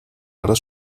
aller